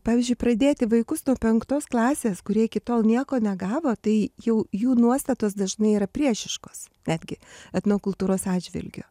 pavyzdžiui pradėti vaikus nuo penktos klasės kurie iki tol nieko negavo tai jau jų nuostatos dažnai yra priešiškos netgi etnokultūros atžvilgiu